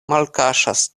malkaŝas